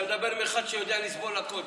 אתה מדבר עם אחד שיודע לסבול הכול,